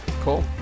Cool